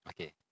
Okay